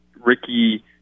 Ricky